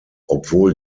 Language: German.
obwohl